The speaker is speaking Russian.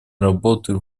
работы